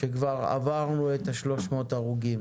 שכבר עברנו את ה-300 הרוגים